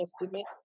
estimate